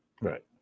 Right